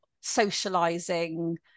socializing